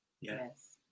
Yes